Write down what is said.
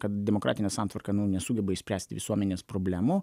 kad demokratinė santvarka nu nesugeba išspręsti visuomenės problemų